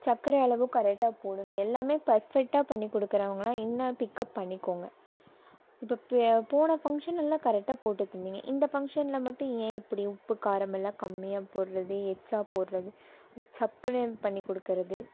சக்கரை அளவு கரெக்டாக போடுங்கள் எல்லாமே பர்ஃபெக்டாக பண்ணிக் குடுக்கறவங்கலாம் இன்னும் பிக்அப் பண்ணிக்கோங்க இப்போ பே போன ஃபங்க்ஷன் எல்லாம் கரெக்டாக போட்டு தந்திங்க இந்த ஃபங்க்ஷனில் மட்டும் ஏன் இப்படி உப்பு காரமெல்லாம் கம்மியாக போடுறது எக்ஸ்ச்சா போடுறது சப்புன்னு இது பண்ணி கொடுக்கறது